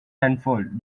unfurled